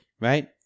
right